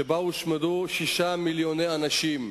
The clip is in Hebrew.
שבה הושמדו שישה מיליוני אנשים,